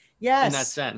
Yes